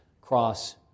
cross